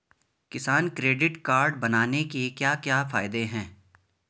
किसान credit card बनाने के क्या क्या फायदे हैं?